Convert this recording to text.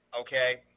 okay